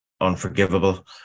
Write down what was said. unforgivable